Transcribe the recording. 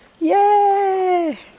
Yay